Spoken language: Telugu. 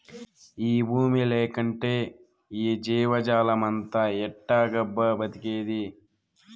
ఈ బూమి లేకంటే ఈ జీవజాలమంతా ఎట్టాగబ్బా బతికేది